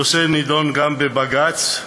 הנושא נדון גם בבג"ץ,